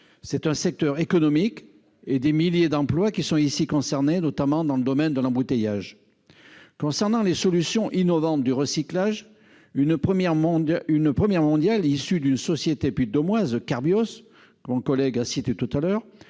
c'est un secteur économique et des milliers d'emplois qui sont ici concernés, notamment dans le domaine de l'embouteillage concernant les solutions innovantes du recyclage, une première mondiale, une première mondiale, issu d'une société Puy-de-Dôme car Biosse mon collègue a cité tout à l'heure,